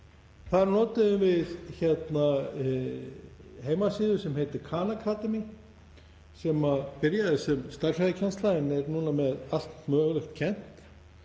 þá notuðum við heimasíðu sem heitir Khan Academy og byrjaði sem stærðfræðikennsla en nú er allt mögulegt kennt.